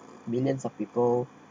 billions of people